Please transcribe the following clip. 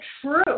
true